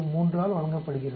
243 ஆல் வழங்கப்படுகிறது